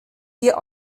wir